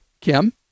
Kim